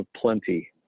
plenty